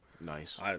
Nice